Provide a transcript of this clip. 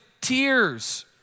tears